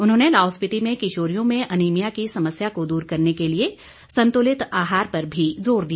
उन्होंने लाहौल स्पिति में किशोरियों में अनीमिया की समस्या को दूर करने के लिए संतुलित आहार पर भी जोर दिया